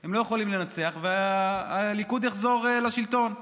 הם לא יכולים לנצח והליכוד יחזור לשלטון.